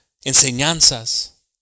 enseñanzas